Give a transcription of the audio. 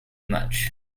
much